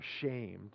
ashamed